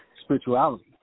spirituality